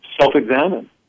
self-examine